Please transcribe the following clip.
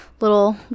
little